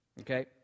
Okay